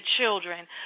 children